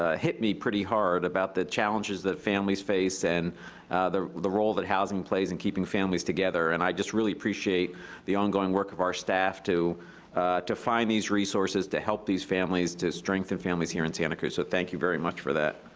ah hit me pretty hard about the challenges that families face and the the role that housing plays in keeping families together. and i just really appreciate the ongoing work of our staff to to find these resources to help these families to strengthen families here in santa cruz. so thank you very much for that.